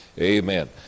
Amen